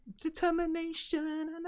determination